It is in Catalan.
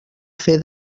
fer